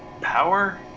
Power